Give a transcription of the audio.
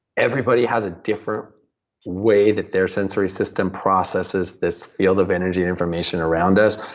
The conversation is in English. everybody has a different way that their sensory system processes this field of energy information around us,